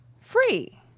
free